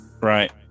Right